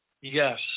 yes